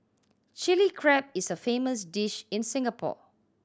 Chilli Crab is a famous dish in Singapore